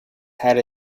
had